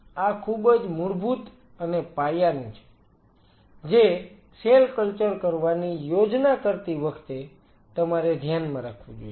તેથી આ ખૂબ જ મૂળભૂત અને પાયાનું છે જે સેલ કલ્ચર કરવાની યોજના કરતી વખતે તમારે ધ્યાનમાં રાખવું જોઈએ